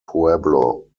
pueblo